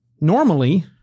Normally